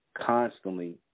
constantly